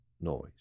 noise